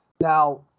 Now